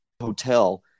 hotel